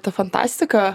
ta fantastika